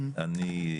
אני,